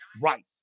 right